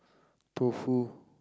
tofu